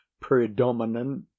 predominant